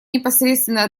непосредственное